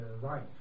right